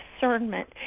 discernment